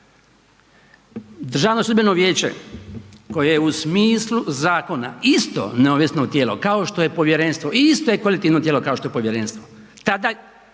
Državno sudbeno vijeće koje je u smislu zakona isto neovisno tijelo kao što je povjerenstvo isto je kolektivno tijelo kao što je povjerenstvo